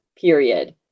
period